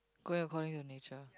going according to nature